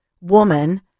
woman